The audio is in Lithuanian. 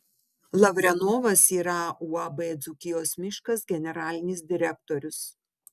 lavrenovas yra uab dzūkijos miškas generalinis direktorius